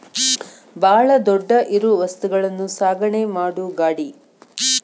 ಬಾಳ ದೊಡ್ಡ ಇರು ವಸ್ತುಗಳನ್ನು ಸಾಗಣೆ ಮಾಡು ಗಾಡಿ